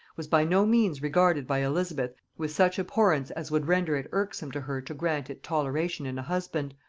was by no means regarded by elizabeth with such abhorrence as would render it irksome to her to grant it toleration in a husband,